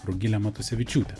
rugile matusevičiūte